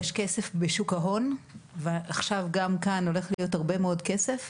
יש כסף בשוק ההון ועכשיו גם כאן הולך להיות הרבה מאוד כסף.